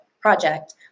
project